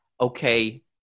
okay